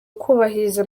kubahiriza